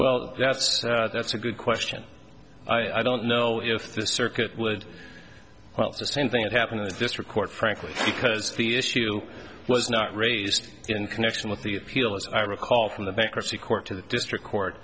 well that's that's a good question i don't know if the circuit would well it's the same thing that happened in the district court frankly because the issue was not raised in connection with the appeal as i recall from the bankruptcy court to the district court